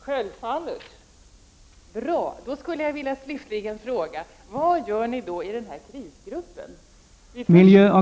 Herr talman! Då skulle jag slutligen vilja fråga vad medlemmarna i krisgruppen gör?